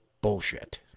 bullshit